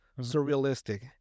Surrealistic